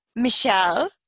Michelle